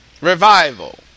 Revival